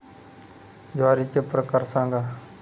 ज्वारीचे प्रकार सांगा